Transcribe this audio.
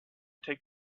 take